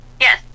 yes